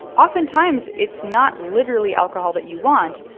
oftentimes, it's not literally alcohol that you want.